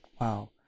Wow